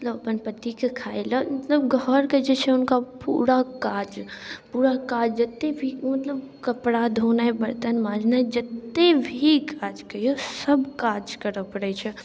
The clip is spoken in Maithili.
मतलब अपन पतिके खाएलए मतलब घरके जे छै हुनका पूरा काज पूरा काज जतेक भी मतलब कपड़ा धोनाइ बर्तन माँजनाइ जतेक भी काज कहिऔ सबकाज करऽ पड़ै छै